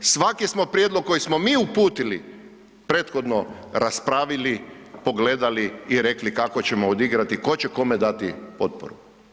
Svaki smo prijedlog koji smo mi uputili prethodno raspravili, pogledali i rekli kako ćemo odigrati, ko će kome dati potporu.